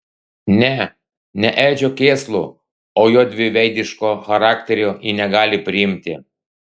ne ne edžio kėslų o jo dviveidiško charakterio ji negali priimti